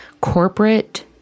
corporate